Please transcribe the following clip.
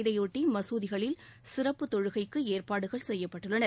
இதையொட்டி மசூதிகளில் சிறப்பு தொழுகைக்கு ஏற்பாடுகள் செய்யப்பட்டுள்ளன